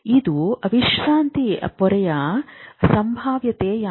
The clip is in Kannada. ಇದು ವಿಶ್ರಾಂತಿ ಪೊರೆಯ ಸಂಭಾವ್ಯತೆಯಾಗಿದೆ